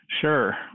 Sure